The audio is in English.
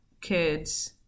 kids